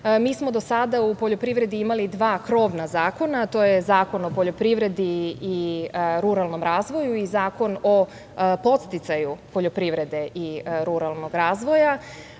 Mi smo do sada u poljoprivredi imali dva krovna zakona, a to je Zakon o poljoprivredi i ruralnom razvoju i Zakon o podsticaju poljoprivrede i ruralnog razvoja.